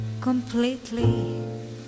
completely